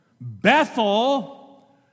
Bethel